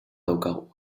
daukagu